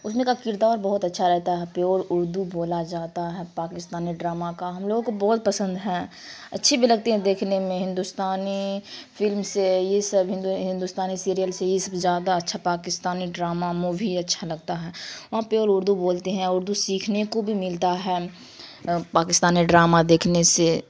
اس میں کا کردار بہت اچھا رہتا ہے پیور اردو بولا جاتا ہے پاکستانی ڈرامہ کا ہم لوگوں کو بہت پسند ہیں اچھی بھی لگتی ہیں دیکھنے میں ہندوستانی فلم سے یہ سب ہندو ہندوستانی سیریل سے یہ سب زیادہ اچھا پاکستانی ڈراما مووی اچھا لگتا ہے وہاں پیور اردو بولتے ہیں اردو سیکھنے کو بھی ملتا ہے پاکستانی ڈرامہ دیکھنے سے